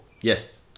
Yes